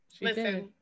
Listen